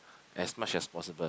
as much as possible